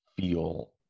feel